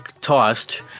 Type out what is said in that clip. tossed